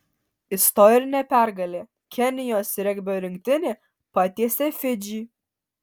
istorinė pergalė kenijos regbio rinktinė patiesė fidžį